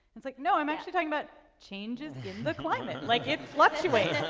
it's like, no, i'm actually talking about changes in the climate. like, it fluctuates.